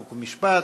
חוק ומשפט.